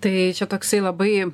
tai čia toksai labai